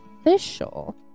official